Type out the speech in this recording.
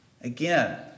Again